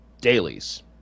Dailies